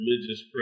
religious